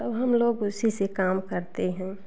तो वह लोग उसी से काम करते हैं